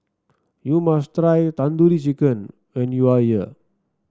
you must try Tandoori Chicken when you are here